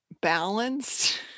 balanced